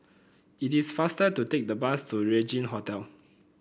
it is faster to take the bus to Regin Hotel